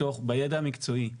מתוך הידע המקצועי,